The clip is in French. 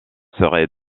serait